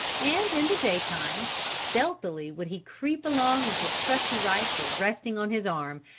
and in the day time, stealthily would he creep along with his trusty rifle resting on his arm,